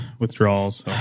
Withdrawals